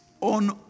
on